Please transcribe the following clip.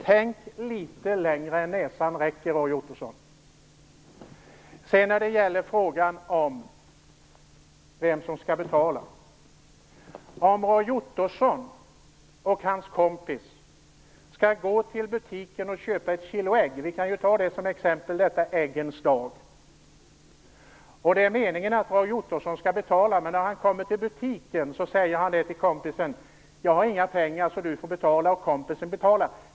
Tänk litet längre än näsan räcker, Roy Ottosson! Nu över till frågan om vem som skall betala. Roy Ottosson och hans kompis skall gå till butiken och köpa ett kilo ägg - vi kan ju ta ägg som exempel, denna äggens dag - som Roy Ottosson skall betala för. Men när han kommer till butiken säger han till kompisen att han inte har några pengar så kompisen får betala, vilket kompisen gör.